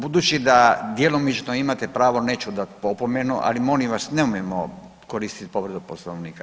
Budući da djelomično imate pravo, neću dati opomenu ali molim vas nemojmo koristiti povredu Poslovnika.